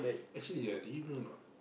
actually ah do you know or not